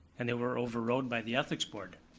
and they were overruled by the ethics board.